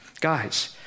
Guys